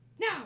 no